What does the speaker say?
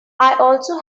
also